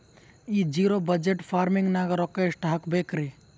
ಈ zero budget farming ನಾಗ್ ರೊಕ್ಕ ಎಷ್ಟು ಹಾಕಬೇಕರಿ?